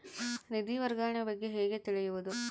ನಿಧಿ ವರ್ಗಾವಣೆ ಬಗ್ಗೆ ಹೇಗೆ ತಿಳಿಯುವುದು?